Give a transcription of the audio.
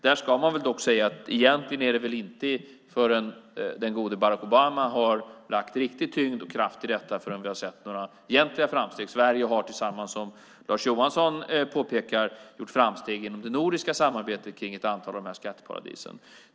Där ska man dock säga att det väl egentligen inte är förrän den gode Barack Obama lade riktig tyngd och kraft i detta som vi har sett några egentliga framsteg. Sverige har, som Lars Johansson påpekar, gjort framsteg inom det nordiska samarbetet beträffande ett antal av de här skatteparadisen.